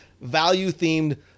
value-themed